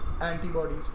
Antibodies